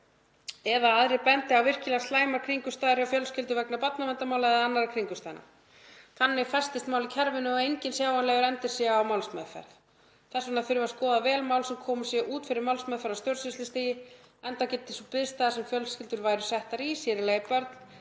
eða aðrir bendi á virkilega slæmar kringumstæður hjá fjölskyldum vegna barnaverndarmála eða annarra kringumstæðna. Þannig festist mál í kerfinu og enginn sjáanlegur endir sé á málsmeðferð. Þess vegna þurfi að skoða vel mál sem komin séu út fyrir málsmeðferð á stjórnsýslustigi, enda geti sú biðstaða sem fjölskyldur væru settar í, sér í lagi börn,